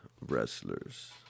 wrestlers